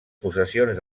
possessions